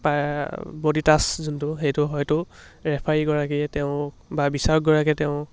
body touch যোনটো সেইটো হয়তো ৰেফাৰীগৰাকীয়ে তেওঁক বা বিচাৰকগৰাকীয়ে তেওঁক